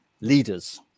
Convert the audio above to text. leaders